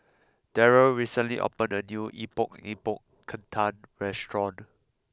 Daryl recently opened a new Epok Epok Kentang restaurant